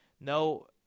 no